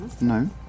No